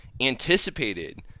anticipated